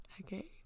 okay